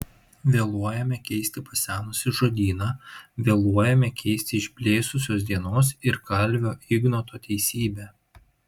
vėluojame keisti pasenusį žodyną vėluojame keisti išblėsusios dienos ir kalvio ignoto teisybę